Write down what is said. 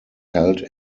held